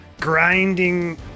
grinding